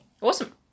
Awesome